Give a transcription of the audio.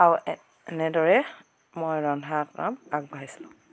আৰু এনেদৰে মই ৰন্ধাৰ কাম আগবঢ়াইছিলোঁ